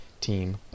team